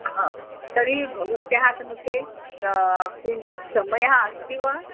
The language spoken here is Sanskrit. हा तर्हि भवत्याः समीपे किञ्चित् समयः अस्ति वा